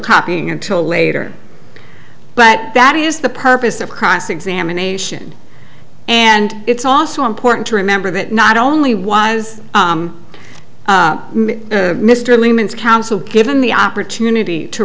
copying until later but that is the purpose of cross examination and it's also important to remember that not only was mr lehman's counsel given the opportunity to